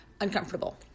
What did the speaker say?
uncomfortable